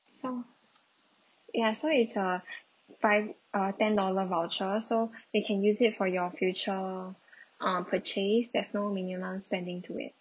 so ya so it's uh five uh ten dollar voucher so you can use it for your future uh purchase there's no minimum spending to it